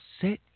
set